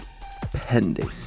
Pending